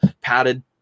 padded